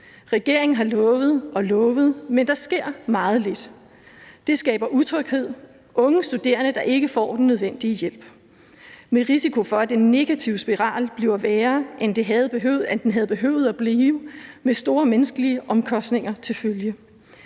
Regeringen har lovet og lovet, men der sker meget lidt. Det skaber utryghed og unge studerende, der ikke får den nødvendige hjælp med risiko for, at den negative spiral bliver værre, end den havde behøvet at blive, med store menneskelige omkostninger til følge.